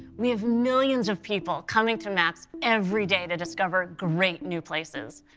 we have millions of people coming to maps every day to discover great new places,